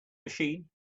machine